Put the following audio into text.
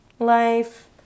life